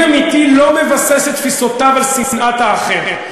אמיתי לא מבסס את תפיסותיו על שנאת האחר,